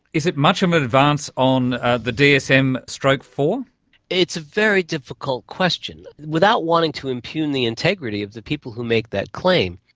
is it much of an advance on ah the dsm four? it's a very difficult question. without wanting to impugn the integrity of the people who make that claim,